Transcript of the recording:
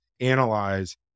analyze